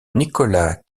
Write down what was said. nicolas